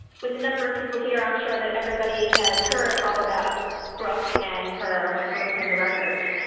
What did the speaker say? with the number of people here, i'm sure that everybody has heard all about brooke and her wonderful reclaim the records.